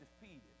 defeated